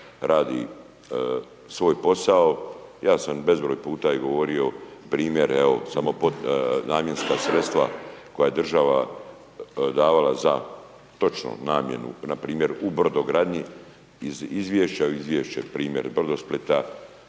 radi svoj posao, ja sam bezbroj puta i govorio primjer, evo, samo pod namjenska sredstva koja država davala za točno namjenu npr. u brodogradnji iz izvješća, izvješće, primjer Brodosplita,